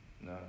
No